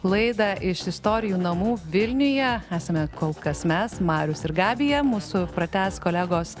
laidą iš istorijų namų vilniuje esame kol kas mes marius ir gabija mūsų pratęs kolegos